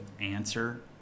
answer